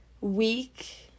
week